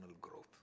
growth